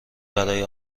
برای